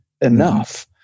enough